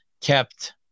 kept